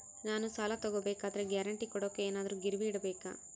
ನಾನು ಸಾಲ ತಗೋಬೇಕಾದರೆ ಗ್ಯಾರಂಟಿ ಕೊಡೋಕೆ ಏನಾದ್ರೂ ಗಿರಿವಿ ಇಡಬೇಕಾ?